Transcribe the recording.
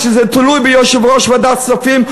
זה תלוי ביושב-ראש ועדת הכספים,